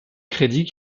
crédits